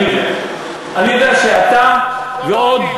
אני יודע, אני יודע שאתה ועוד,